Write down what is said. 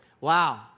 Wow